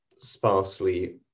sparsely